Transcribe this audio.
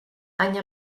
any